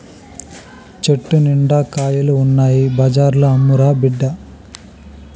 చెట్టు నిండా కాయలు ఉన్నాయి బజార్లో అమ్మురా బిడ్డా